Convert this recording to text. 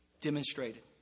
demonstrated